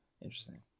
Interesting